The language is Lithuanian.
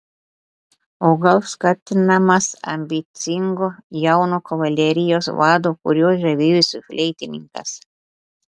o gal skatinamas ambicingo jauno kavalerijos vado kuriuo žavėjosi fleitininkas